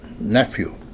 nephew